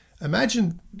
imagine